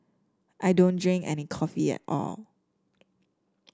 I don't drink any coffee at all